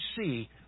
see